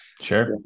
sure